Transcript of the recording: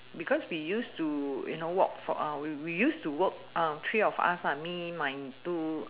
because we used to you know walk for we we used to walk three of us ah me my two